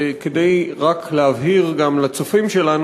וכדי רק להבהיר גם לצופים שלנו,